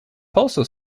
postal